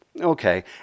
Okay